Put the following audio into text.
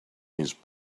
his